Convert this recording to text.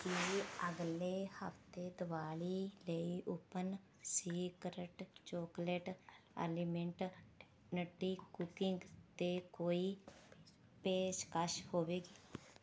ਕੀ ਅਗਲੇ ਹਫਤੇ ਦੀਵਾਲੀ ਲਈ open secret chocolate almond nutty cooking 'ਤੇ ਕੋਈ ਪੇਸ਼ਕਸ਼ ਹੋਵੇਗੀ